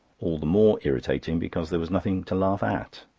all the more irritating because there was nothing to laugh at.